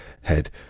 head